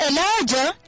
Elijah